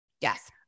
Yes